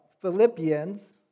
Philippians